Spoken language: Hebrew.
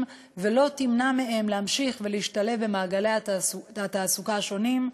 ולא תמנע מהם להמשיך ולהשתלב במעגלי התעסוקה השונים.